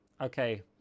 Okay